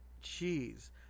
cheese